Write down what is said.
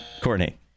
Courtney